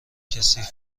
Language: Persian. کثیف